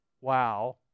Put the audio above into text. wow